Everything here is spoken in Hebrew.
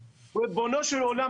ריבונו של עולם,